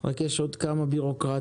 רק יש עוד כמה בירוקרטיות,